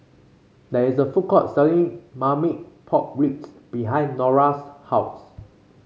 there is a food court selling Marmite Pork Ribs behind Nora's house